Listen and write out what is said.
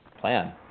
plan